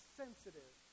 sensitive